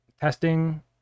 testing